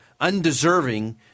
undeserving